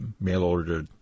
mail-order